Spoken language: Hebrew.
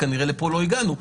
כנראה לפה לא הגענו,